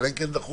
אלא אם כן דחוף,